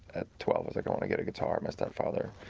at twelve, i was like, i want to get a guitar. my stepfather